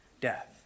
death